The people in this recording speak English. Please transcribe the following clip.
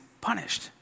punished